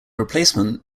replacement